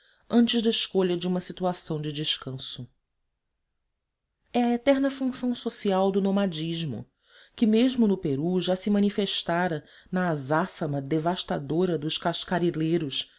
antes da escolha de uma situação de descanso é a eterna função social do nomadismo que mesmo no peru já se manifestara na azáfama devastadora dos